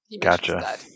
Gotcha